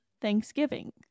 Thanksgiving